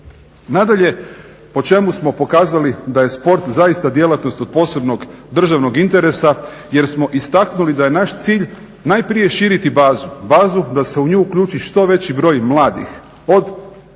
Nadalje, po čemu smo pokazali da je sport zaista djelatnost od posebnog državnog interesa, jer smo istaknuli da je naš cilj najprije širiti bazu, bazu da se u nju uključi što veći broj mladih od